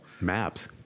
Maps